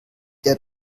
der